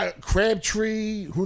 Crabtree